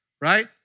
right